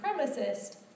supremacist